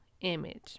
image